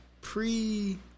pre